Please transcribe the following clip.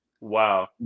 Wow